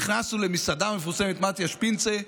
נכנסנו למסעדה מפורסמת, "מטיה שפינצה",